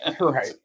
Right